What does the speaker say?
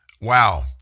Wow